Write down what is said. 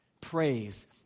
praise